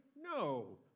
No